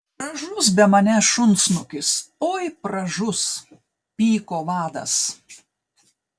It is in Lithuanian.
pražus be manęs šunsnukis oi pražus pyko vadas